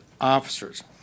officers